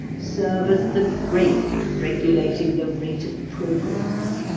serve as the brake regulating the rate of progress.